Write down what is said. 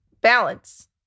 balance